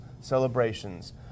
celebrations